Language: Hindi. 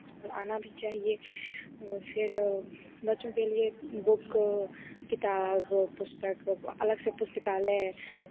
और आना भी चाहिए फिर बच्चों के लिए बुक किताब पुस्तक व अलग से पुस्तकालय